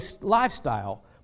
lifestyle